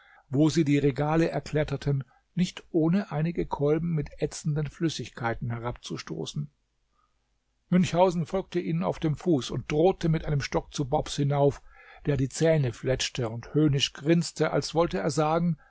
wo sie die regale erkletterten nicht ohne einige kolben mit ätzenden flüssigkeiten herabzustoßen münchhausen folgte ihnen auf dem fuß und drohte mit einem stock zu bobs hinauf der die zähne fletschte und höhnisch grinste als wollte er sagen